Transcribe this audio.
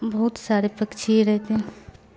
بہت سارے پکچھی رہتے